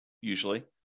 usually